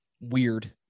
weird